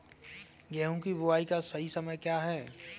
गेहूँ की बुआई का सही समय क्या है?